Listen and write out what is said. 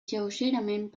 lleugerament